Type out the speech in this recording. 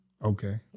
Okay